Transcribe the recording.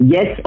Yes